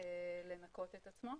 לנקות את עצמו.